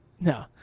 No